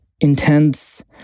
intense